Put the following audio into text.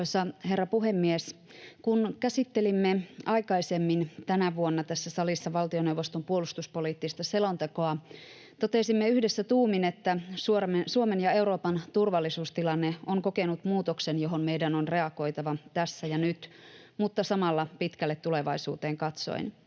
herra puhemies! Kun käsittelimme aikaisemmin tänä vuonna tässä salissa valtioneuvoston puolustuspoliittista selontekoa, totesimme yhdessä tuumin, että Suomen ja Euroopan turvallisuustilanne on kokenut muutoksen, johon meidän on reagoitava tässä ja nyt, mutta samalla pitkälle tulevaisuuteen katsoen.